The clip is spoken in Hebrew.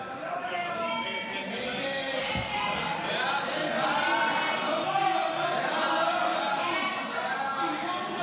ההצעה להעביר את הצעת חוק הצעת חוק לתיקון פקודת